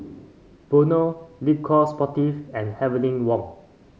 Vono Le Coq Sportif and Heavenly Wang